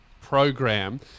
program